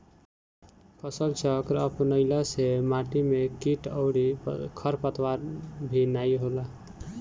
फसलचक्र अपनईला से माटी में किट अउरी खरपतवार भी नाई होला